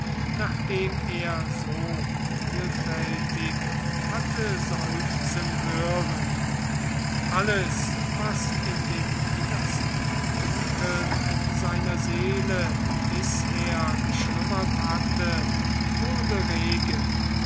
dem er so vielfältig hatte seufzen hören alles was in den innersten winkeln seiner seele bisher geschlummert hatte wurde rege